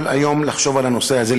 כל היום לחשוב על הנושא הזה.